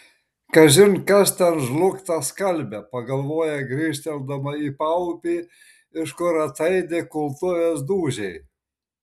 kažin kas ten žlugtą skalbia pagalvoja grįžteldama į paupį iš kur ataidi kultuvės dūžiai